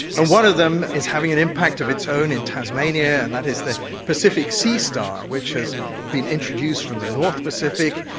and one of them is having an impact of its own in tasmania and that is the pacific seastar which has been introduced from the north pacific.